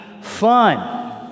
fun